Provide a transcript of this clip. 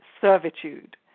servitude